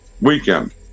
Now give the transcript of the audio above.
weekend